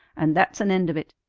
and that's an end of it.